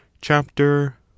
chapter